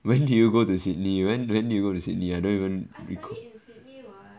when did you go to sydney when when did you go to sydney I don't even recall